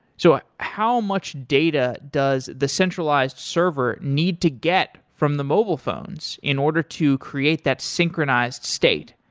so ah how much data does the centralized server need to get from the mobile phones in order to create that synchronized state?